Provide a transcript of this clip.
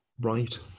Right